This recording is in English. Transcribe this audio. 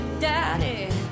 daddy